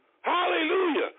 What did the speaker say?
Hallelujah